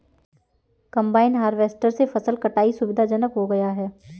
combine harvester से फसल कटाई सुविधाजनक हो गया है